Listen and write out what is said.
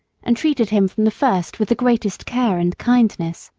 and treated him from the first with the greatest care and kindness.